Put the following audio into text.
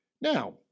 Now